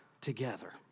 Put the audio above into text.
together